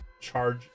charge